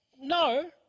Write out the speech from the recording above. No